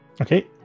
Okay